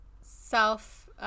self